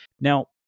now